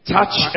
Touch